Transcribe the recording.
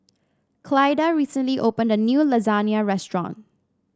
Clyda recently opened a new Lasagne Restaurant